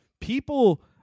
people